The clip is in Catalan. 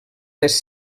les